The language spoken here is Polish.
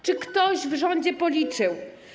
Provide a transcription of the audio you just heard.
Czy ktoś to w rządzie policzył?